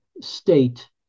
state